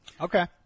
Okay